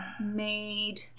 made